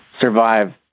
survive